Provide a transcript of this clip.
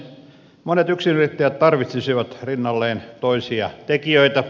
monet yksinyrittäjät tarvitsisivat rinnalleen toisia tekijöitä